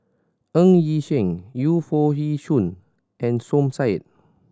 Ng Yi Sheng Yu Foo Yee Shoon and Som Said